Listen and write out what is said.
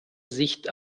sicht